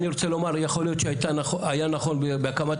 אני רוצה לומר יכול להיות שהיה נכון בהקמת